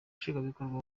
nshingwabikorwa